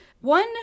One